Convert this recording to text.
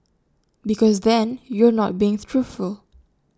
because then you are not being truthful